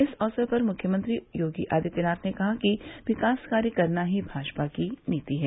इस अवसर पर मुख्यमंत्री योगी आदित्यनाथ ने कहा कि विकास कार्य करना ही भाजपा की नीति है